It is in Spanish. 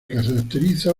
caracteriza